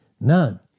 none